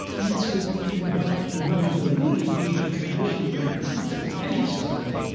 answered in what one would believe would be the traditional american sense. because as you say, right,